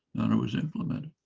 it was implemented.